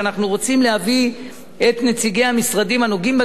רוצים להביא את נציגי המשרדים הנוגעים בדבר,